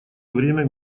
время